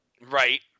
Right